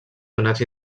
donats